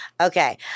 Okay